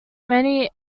many